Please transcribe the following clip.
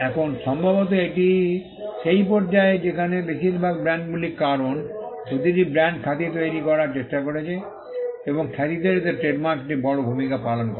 এখন সম্ভবত এটিই সেই পর্যায়ে যেখানে বেশিরভাগ ব্র্যান্ডগুলি কারণ প্রতিটি ব্র্যান্ড খ্যাতি তৈরি করার চেষ্টা করছে এবং খ্যাতি তৈরিতে ট্রেডমার্ক একটি বড় ভূমিকা পালন করে